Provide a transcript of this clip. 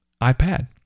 iPad